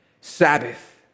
Sabbath